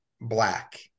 black